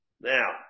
Now